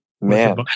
Man